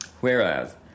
Whereas